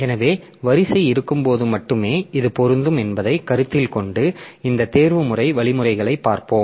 எனவே வரிசை இருக்கும்போது மட்டுமே இது பொருந்தும் என்பதைக் கருத்தில் கொண்டு இந்த தேர்வுமுறை வழிமுறைகளைப் பார்ப்போம்